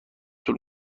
طول